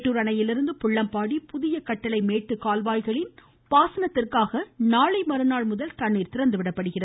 மேட்டூர் அணையிலிருந்து புள்ளம்பாடி புதிய கட்டளைமேட்டுக் கால்வாய்களின் பாசனத்திற்காக நாளை மறுநாள்முதல் தண்ணீர் திறந்துவிடப்படுகிறது